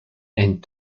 and